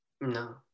No